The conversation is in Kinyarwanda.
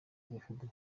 ibihugu